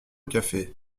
café